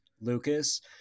lucas